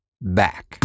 back